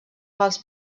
quals